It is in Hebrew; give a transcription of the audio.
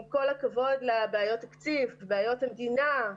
עם כל הכבוד לבעיות התקציב, בעיות המדינה,